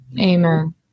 Amen